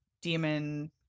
demon